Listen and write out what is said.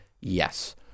Yes